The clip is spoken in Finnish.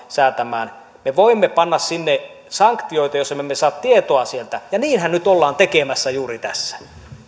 säätämään me voimme panna sinne sanktioita jos me emme saa tietoa sieltä ja juuri niinhän nyt ollaan tekemässä tässä